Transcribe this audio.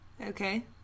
Okay